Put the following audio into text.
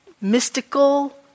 Mystical